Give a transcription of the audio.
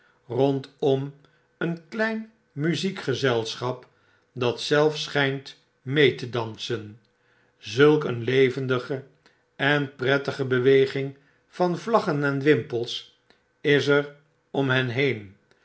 rondom een klein muziekgezelschap dat zelf schpt mee te dansen zulk een levendige en prettige beweging van vlaggen en wimpelsis er om hen heen